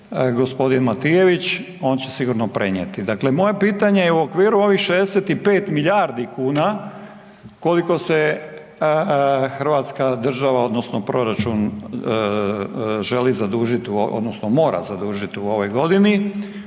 gospodin Matijević on će sigurno prenijeti. Dakle moje pitanje je u okviru 65 milijardi kuna koliko se Hrvatska država odnosno proračun želi zadužiti odnosno mora zadužiti u ovoj godini,